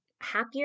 happier